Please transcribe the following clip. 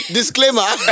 Disclaimer